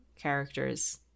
characters